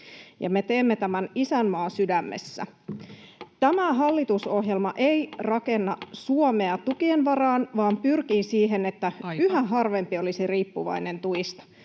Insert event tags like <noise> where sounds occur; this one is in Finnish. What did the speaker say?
teemme tämän isänmaa sydämessä. <noise> Tämä hallitusohjelma ei rakenna Suomea tukien varaan vaan pyrkii siihen, [Puhemies: Aika!] että yhä harvempi olisi riippuvainen tuista,